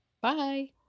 Bye